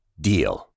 DEAL